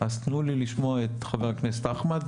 אז תנו לי לשמוע את חבר הכנסת אחמד,